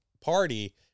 party